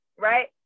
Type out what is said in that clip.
right